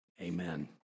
Amen